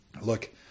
look